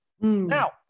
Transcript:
Now